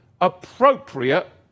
appropriate